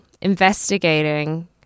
investigating